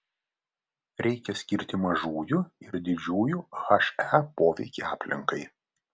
reikia skirti mažųjų ir didžiųjų he poveikį aplinkai